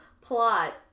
plot